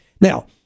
Now